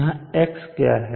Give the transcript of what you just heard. यहां x क्या है